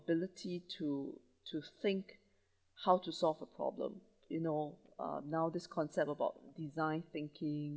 ability to to think how to solve a problem you know uh now this concept about design thinking